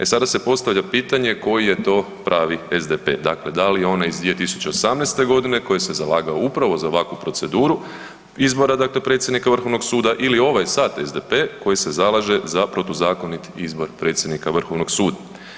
E sada se postavlja pitanje koji je to pravi SDP, dakle da li je onaj iz 2018.g. koji se zalagao upravo za ovakvu proceduru izbora dakle predsjednika vrhovnog suda ili ovaj sad SDP koji se zalaže za protuzakonit izbor predsjednika vrhovnog suda?